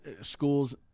schools